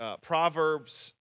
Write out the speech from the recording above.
Proverbs